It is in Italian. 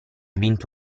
vinto